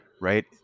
right